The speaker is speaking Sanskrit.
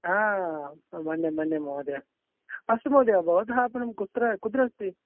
हा मन्ये मन्ये महोदय अस्तु महोदय भवतः आपणः कुत्र कुत्र अस्ति